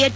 H